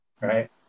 Right